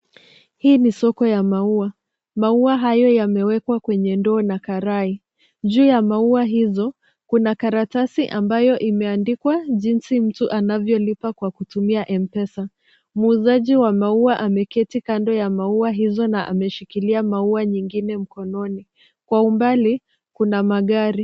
Hii ni soko ya maua. Maua hayo yamewekwa kwenye ndoo na karai. Juu ya maua hizo kuna karatasi ambayo imeandikwa jinsi mtu anavyolipa kwa kutumia M-pesa. Muuzaji wa maua ameketi kando ya maua hizo na ameshikilia maua nyingine mkononi. Kwa umbali kuna magari.